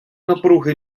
напруги